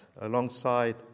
Alongside